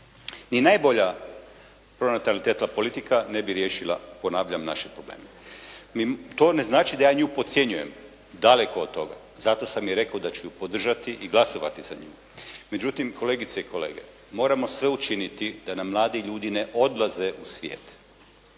Ni najbolja pronatalitetna politika ne bi riješila, ponavljam naše probleme. To ne znači da ja nju podcjenjujem. Daleko od toga. Zato sam i rekao da ću je podržati i glasovati za nju. Međutim, kolegice i kolege. Moramo sve učiniti da nam mladi ljudi ne odlaze u svijet.